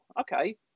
okay